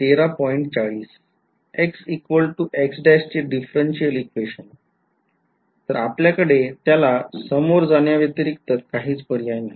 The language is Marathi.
xx' चे differential equation तर आपल्याकडे त्याला समोर जाण्याव्यतिरिक्त काहीच पर्याय नाही